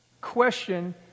question